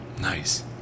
Nice